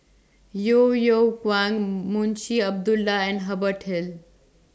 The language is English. Yeo Yeow Kwang Munshi Abdullah and Hubert Hill